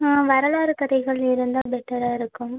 வரலாறு கதைகள் இருந்தால் பெட்டராக இருக்கும்